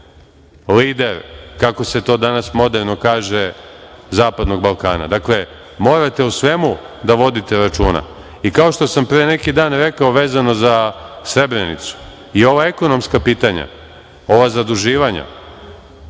lider, kako se to danas moderno kaže, Zapadnog Balkana. Dakle, morate o svemu da vodite računa. Kao što sam pre neki dan rekao, vezano za Srebrenicu, i ova ekonomska pitanja, ova zaduživanja,